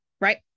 Right